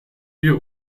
wir